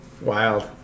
wild